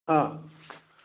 ꯑꯥ